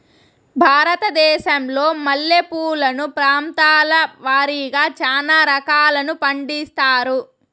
భారతదేశంలో మల్లె పూలను ప్రాంతాల వారిగా చానా రకాలను పండిస్తారు